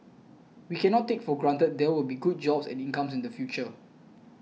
we cannot take for granted there will be good jobs and incomes in the future